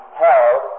held